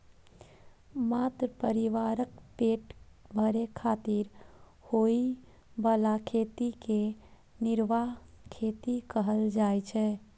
मात्र परिवारक पेट भरै खातिर होइ बला खेती कें निर्वाह खेती कहल जाइ छै